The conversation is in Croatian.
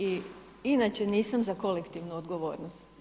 I inače nisam za kolektivnu odgovornost.